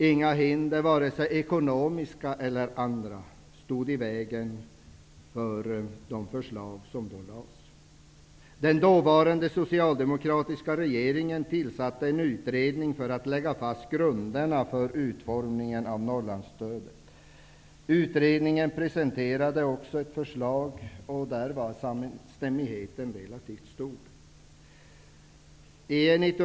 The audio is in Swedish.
Inga hinder, vare sig ekonomiska eller andra, stod i vägen för de förslag som då lades fram. Den dåvarande socialdemokratiska regeringen tillsatte en utredning för att lägga fast grunderna för utformningen av Norrlandsstödet. Utredningen presenterade också ett förslag. Där var samstämmigheten relativt stor.